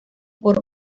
por